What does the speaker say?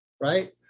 Right